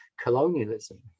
colonialism